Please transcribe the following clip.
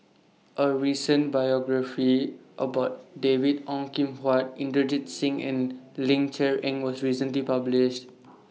A recent biographies about David Ong Kim Huat Inderjit Singh and Ling Cher Eng was recently published